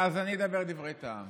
אני אדבר דברי טעם.